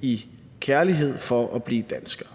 i kærlighed for at blive dansker.